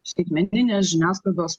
skaitmeninės žiniasklaidos